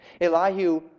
Elihu